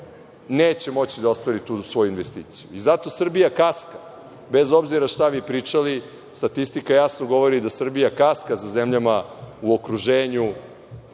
neće moći da ostvari tu svoju investiciju. Zato Srbija kaska bez obzira šta vi pričali, statistika jasno govori da Srbija kaska za zemljama u okruženju